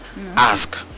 ask